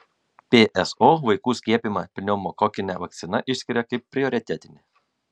pso vaikų skiepijimą pneumokokine vakcina išskiria kaip prioritetinį